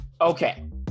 Okay